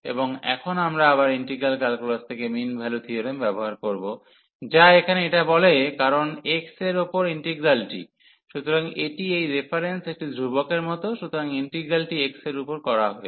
এবং এখন আমরা আবার ইন্টিগ্রাল ক্যালকুলাস থেকে মিন ভ্যালু থিওরেম ব্যবহার করব যা এখানে এটা বলে কারণ x এর উপর ইন্টিগ্রালটি সুতরাং এটি এই রেফারেন্সে একটি ধ্রুবকের মতো সুতরাং ইন্টিগ্রাল্টি x এর উপর করা হয়েছে